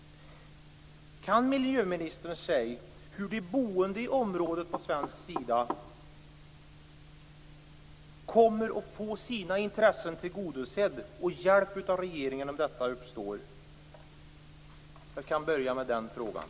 Kan miljöministern tala om hur de boende i området på svensk sida kommer att få sina intressen tillgodosedda? Kommer de att få hjälp av regeringen om detta uppstår? Jag kan börja med dessa frågor.